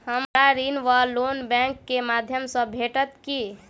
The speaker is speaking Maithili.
हमरा ऋण वा लोन बैंक केँ माध्यम सँ भेटत की?